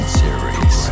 series